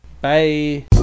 Bye